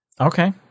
Okay